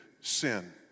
sin